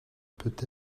peut